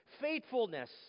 Faithfulness